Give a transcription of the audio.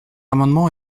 amendement